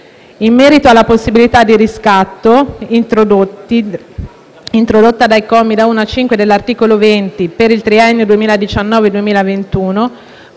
In merito alla possibilità di riscatto introdotta dai commi da 1 a 5 dell'articolo 20, per il triennio 2019-2021,